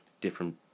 different